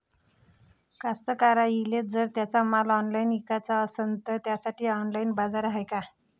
कास्तकाराइले जर त्यांचा माल ऑनलाइन इकाचा असन तर त्यासाठी ऑनलाइन बाजार हाय का?